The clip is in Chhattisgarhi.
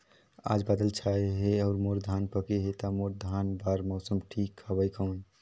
आज बादल छाय हे अउर मोर धान पके हे ता मोर धान बार मौसम ठीक हवय कौन?